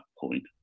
point